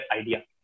idea